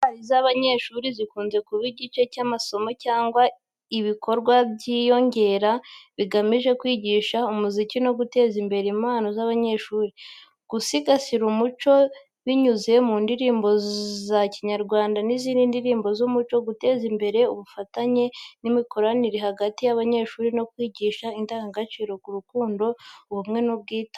Korali z'abanyeshuri zikunze kuba igice cy'amasomo cyangwa ibikorwa by'inyongera bigamije kwigisha umuziki no guteza imbere impano z'abanyeshuri, gusigasira umuco binyuze mu ndirimbo za Kinyarwanda n'izindi ndirimbo z'umuco, guteza imbere ubufatanye n'imikoranire hagati y'abanyeshuri no kwigisha indangagaciro nk'urukundo, ubumwe n'ubwitange.